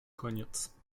koniec